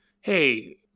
hey